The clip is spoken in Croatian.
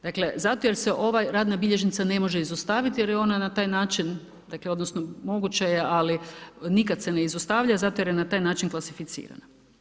Dakle, zato jer se ova radna bilježnica ne može izostaviti, jer je ona na taj način, dakle, odnosno, moguće je ali nikad se ne izostavlja, zato jer je na taj način klasificirana.